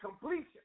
completion